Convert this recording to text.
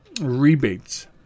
rebates